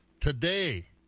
today